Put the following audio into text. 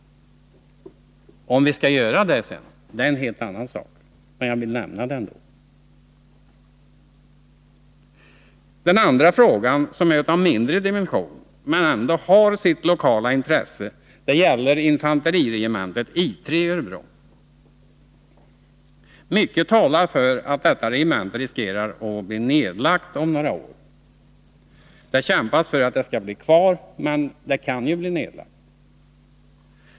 Om vi skall göra detta är en helt annan fråga. Jag vill i alla fall nämna saken. Den andra frågan är av mindre dimension, men är ändå av intresse lokalt. Det gäller infanteriregementet I 3 i Örebro. Mycket talar för att detta regemente riskerar att bli nedlagt om några år. Det kämpas för att det skall få vara kvar, men det kan ju bli nedlagt.